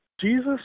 Jesus